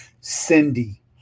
Cindy